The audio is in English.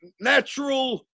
natural